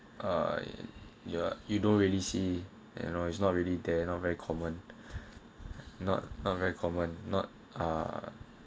ah ya you don't really see you know it's not really they're not very common not not very common not ah